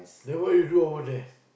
then what you do over there